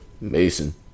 Mason